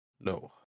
No